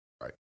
Right